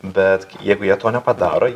bet jeigu jie to nepadaro